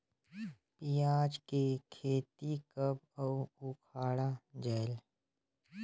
पियाज के खेती कब अउ उखाड़ा जायेल?